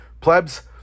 Plebs